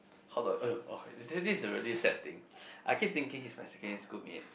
how do I !aiyo! okay this this is a really sad thing I keep thinking he's my secondary schoolmate